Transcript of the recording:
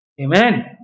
Amen